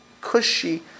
cushy